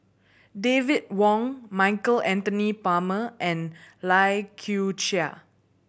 David Wong Michael Anthony Palmer and Lai Kew Chai